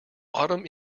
autumn